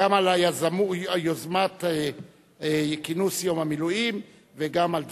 גם על יוזמת כינוס יום המילואים וגם על דבריה.